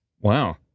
Wow